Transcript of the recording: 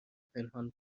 پنهان